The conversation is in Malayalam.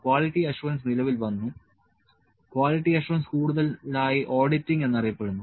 ക്വാളിറ്റി അഷ്വറൻസ് നിലവിൽ വന്നു ക്വാളിറ്റി അഷ്വറൻസ് കൂടുതലായി ഓഡിറ്റിംഗ് എന്നറിയപ്പെടുന്നു